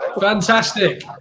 Fantastic